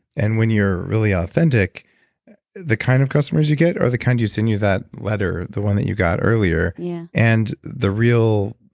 and when you're really authentic the kind of customers you get are the kind who send you that letter, the one that you got earlier. yeah and the real.